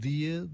Dia